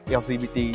lgbt